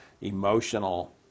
emotional